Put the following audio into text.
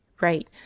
Right